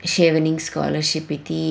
Chevening scholarship इति